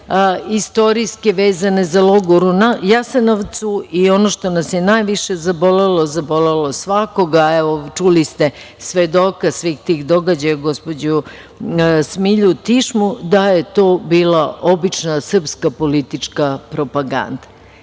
istorijske vezano za logor u Jasenovcu i ono što nas je najviše zabolelo, zabolelo je svakoga, a evo čuli ste svedoka svih tih događaja, gospođu Smilju Tišmu da je to bila obična srpska politička propaganda. Volela